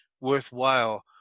worthwhile